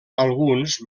alguns